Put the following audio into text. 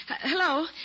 hello